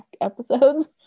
episodes